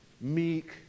meek